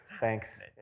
thanks